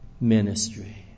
ministry